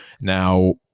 Now